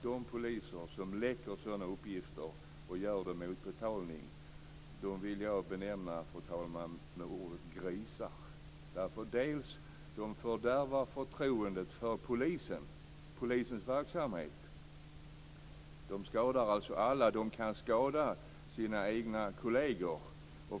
De poliser som läcker sådana uppgifter och gör det mot betalning vill jag benämna "grisar", fru talman. De fördärvar förtroendet för polisens verksamhet. De skadar alla de kan skada inklusive sina egna kolleger.